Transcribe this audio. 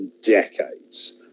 decades